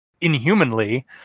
inhumanly